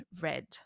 red